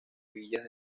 villas